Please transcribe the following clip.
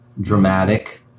dramatic